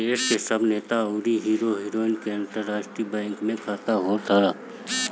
देस के सब नेता अउरी हीरो हीरोइन के अंतरराष्ट्रीय बैंक में खाता होत हअ